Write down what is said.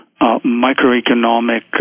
microeconomic